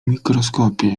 mikroskopie